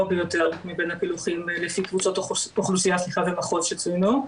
ביותר מבין הפילוחים לפי קבוצות אוכלוסייה --- במחוז שצוינו,